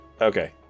Okay